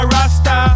Rasta